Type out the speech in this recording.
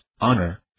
honor